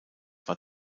war